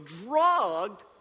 drugged